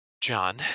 john